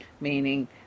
Meaning